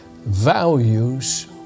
Values